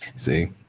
see